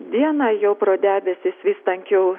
dieną jau pro debesis vis tankiau